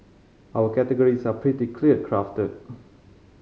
our categories are pretty clearly crafted